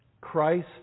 Christ